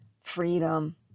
freedom